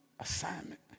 Assignment